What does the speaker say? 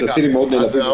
כי הסינים מאוד נעלבים.